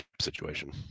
situation